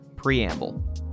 Preamble